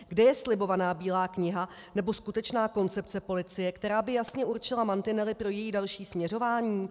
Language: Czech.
Kde je slibovaná bílá kniha nebo skutečná koncepce policie, která by jasně určila mantinely pro její další směřování?